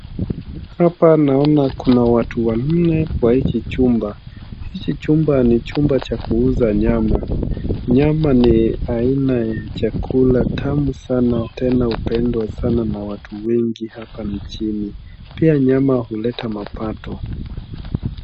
Hapa naona kuna watu wanne kwa hichi chumba. Hichi chumba ni chumba cha kuuza nyama, nyama ni aina ya chakula tamu sana tena hupendwa sana na watu wengi hapa nchini pia nyama huleta mapato.